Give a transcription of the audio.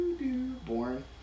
Born